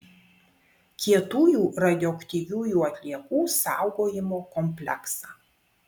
kietųjų radioaktyviųjų atliekų saugojimo kompleksą